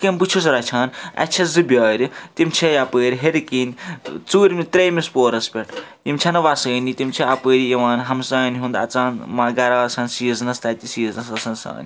یِتھ کٔنۍ بہٕ چھُس رَچھان اَسہِ چھ زٕ بیارِ تِم چھِ یَپٲرۍ ہیٚرِکِنۍ ژوٗرِمہِ ترٛیٚمِس پورَس پٮ۪ٹھ یِم چھَنہٕ وَسٲنی تِم چھِ اَپٲری یِوان ہمساین ہُنٛد اَژان گَر آسان سیٖزنَس تَتہِ سیٖزنَس آسان سانہِ